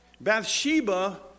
Bathsheba